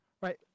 right